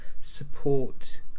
support